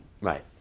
Right